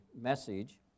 message